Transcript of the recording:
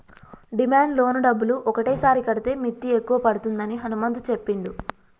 demand loan డబ్బులు ఒకటేసారి కడితే మిత్తి ఎక్కువ పడుతుందని హనుమంతు చెప్పిండు